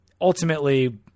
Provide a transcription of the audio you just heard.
ultimately